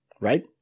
Right